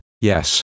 yes